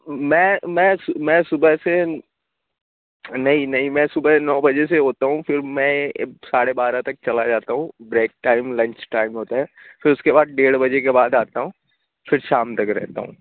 میں میں میں صبح سے نہیں نہیں میں صبح نو بجے سے ہوتا ہوں پھر میں ساڑھے بارہ تک چلا جاتا ہوں بریک ٹائم لنچ ٹائم ہوتا ہے پھر اس کے بعد ڈیڑھ بجے کے بعد آتا ہوں پھر شام تک رہتا ہوں